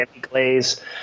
glaze